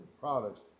products